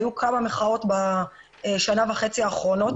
היו כמה מחאות בשנה וחצי האחרונות.